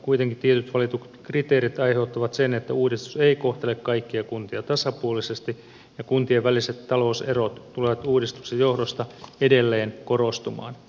kuitenkin tietyt valitut kriteerit aiheuttavat sen että uudistus ei kohtele kaikkia kuntia tasapuolisesti ja kuntien väliset talouserot tulevat uudistuksen johdosta edelleen korostumaan